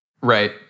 Right